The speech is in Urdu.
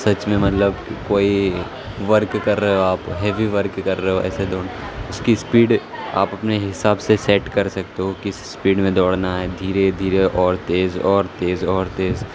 سچ میں مطلب کوئی ورک کر رہے ہو آپ ہیوی ورک کر رہے ہو ایسے دوڑنا اس کی اسپیڈ آپ اپنے حساب سے سیٹ کر سکتے ہو کس اسپیڈ میں دوڑنا ہے دھیرے دھیرے اور تیز اور تیز اور تیز